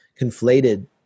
conflated